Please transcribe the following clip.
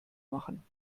machen